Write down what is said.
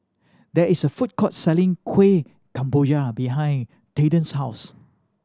there is a food court selling Kuih Kemboja behind Tilden's house